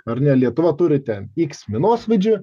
ar ne lietuva turi ten iks minosvaidžių